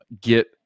get